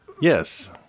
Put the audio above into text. Yes